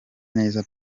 neza